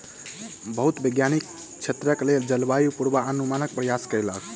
बहुत वैज्ञानिक क्षेत्रक लेल जलवायु पूर्वानुमानक प्रयास कयलक